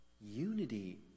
Unity